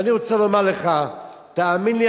ואני רוצה לומר לך: תאמין לי,